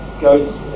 goes